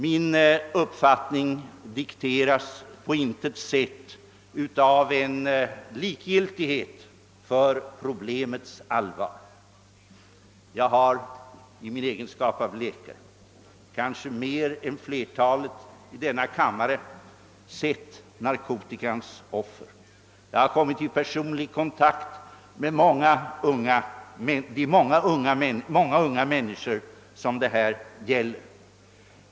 Min uppfattning dikteras på intet sätt av likgiltighet för problemets allvar. I min egenskap av läkare har jag kanske mer än flertalet i denna kammare sett narkotikans offer. Jag har kommit i personlig kontakt med många unga människor med de här problemen.